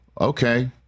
Okay